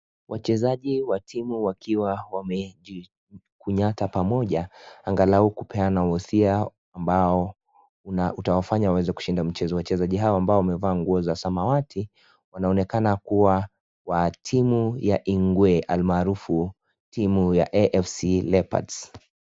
Wachezaji wa timu wakiwa wamejikunyata pamoja angalau kupeana wosia ambao utawafanya waweze kushinda mchezo, wachezaji hawa ambao wamevaa nguo ya samawati wanaonekana kuwa wa timu ya ingwe almaarufu timu ya AFC Leopards.